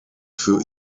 für